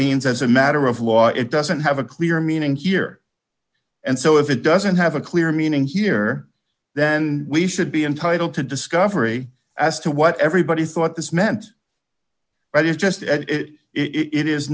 means as a matter of law it doesn't have a clear meaning here and so if it doesn't have a clear meaning here then we should be entitled to discovery as to what everybody thought this meant that is just it it i